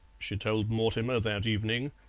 she told mortimer that evening,